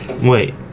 Wait